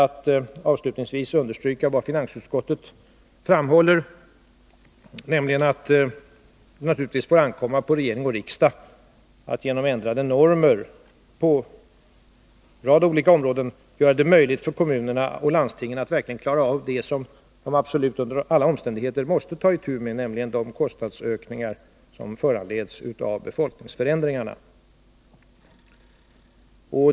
Jag vill sluta med att understryka vad finansutskottet framhåller, nämligen att det naturligtvis får ankomma på regering och riksdag att genom ändrade normer på en rad olika områden göra det möjligt för kommunerna och landstingen att verkligen klara av det som de under alla omständigheter måste ta itu med — nämligen de kostnadsökningar som föranleds av befolkningsförändringarna.